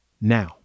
now